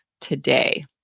today